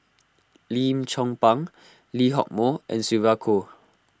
Lim Chong Pang Lee Hock Moh and Sylvia Kho